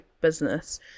business